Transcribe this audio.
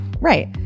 Right